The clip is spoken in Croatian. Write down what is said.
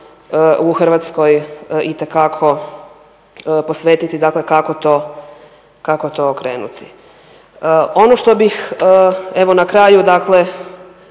u Hrvatskoj itekako posvetiti. Dakle, kako to okrenuti. Ono što bih, evo na kraju dakle